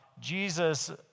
Jesus